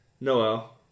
Noel